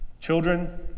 Children